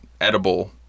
edible